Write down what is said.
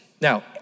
Now